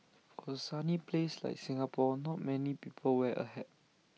for A sunny place like Singapore not many people wear A hat